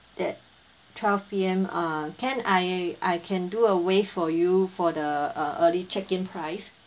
that twelve P_M uh can I I can do a waive for you for the uh early check-in price